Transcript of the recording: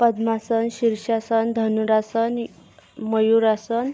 पद्मासन Shirshasana Dhanurasana मयूरासन